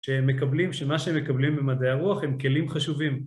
שהם מקבלים, שמה שהם מקבלים במדעי הרוח הם כלים חשובים.